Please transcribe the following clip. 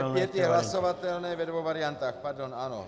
B5 je hlasovatelné ve dvou variantách, pardon, ano.